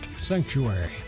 sanctuary